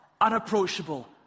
unapproachable